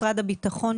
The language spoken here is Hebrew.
משרד הביטחון,